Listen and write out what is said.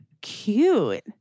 cute